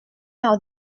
out